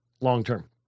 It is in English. long-term